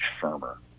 firmer